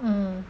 mmhmm mm